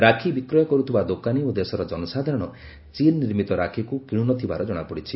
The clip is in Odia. ରାକ୍ଷୀ ବିକ୍ରୟ କରୁଥିବା ଦୋକାନୀ ଓ ଦେଶର ଜନସାଧାରଣ ଚୀନ ନିର୍ମିତ ରାକ୍ଷୀକୁ କିଣୁନଥିବାର ଜଣାପଡ଼ିଛି